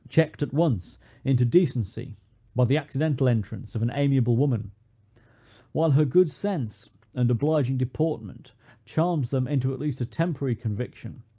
checked at once into decency by the accidental entrance of an amiable woman while her good sense and obliging deportment charms them into at least a temporary conviction,